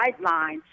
guidelines